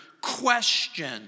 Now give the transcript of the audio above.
question